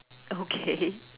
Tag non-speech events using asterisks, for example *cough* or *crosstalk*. okay *laughs*